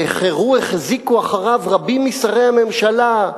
והחרו החזיקו אחריו רבים משרי הממשלה,